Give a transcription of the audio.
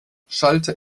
schallte